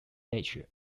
nature